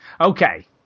okay